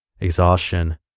exhaustion